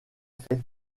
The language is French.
fait